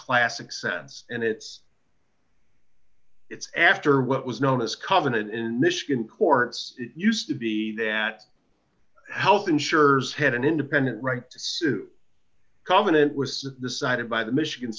classic sense and it's it's after what was known as common in michigan courts used to be that health insurers had an independent right to sue common it was decided by the michigan